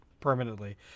permanently